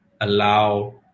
allow